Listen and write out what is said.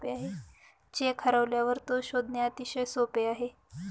check हरवल्यावर तो शोधणे अतिशय सोपे आहे